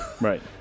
Right